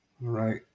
right